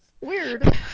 Weird